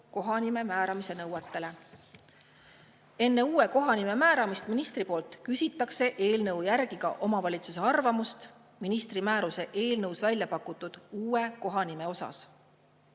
kohanime määramise nõuetele. Enne uue kohanime määramist ministri poolt küsitakse eelnõu järgi ka omavalitsuse arvamust ministri määruse eelnõus välja pakutud uue kohanime kohta.